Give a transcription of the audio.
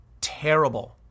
terrible